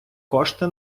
кошти